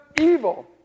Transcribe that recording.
evil